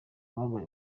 wambaye